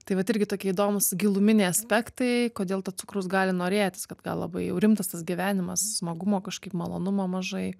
tai vat irgi tokie įdomūs giluminiai aspektai kodėl to cukraus gali norėtis kad gal labai jau rimtas tas gyvenimas smagumo kažkaip malonumo mažai